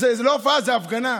זו הפגנה.